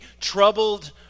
troubled